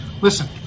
Listen